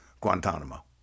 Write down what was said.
Guantanamo